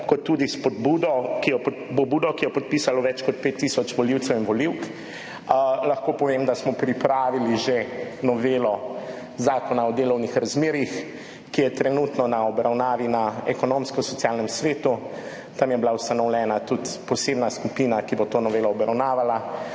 ter tudi s pobudo, ki jo je podpisalo več kot 5 tisoč volivcev in volivk. Lahko povem, da smo že pripravili novelo Zakona o delovnih razmerjih, ki je trenutno na obravnavi na Ekonomsko-socialnem svetu. Tam je bila ustanovljena tudi posebna skupina, ki bo to novelo obravnavala,